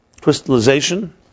crystallization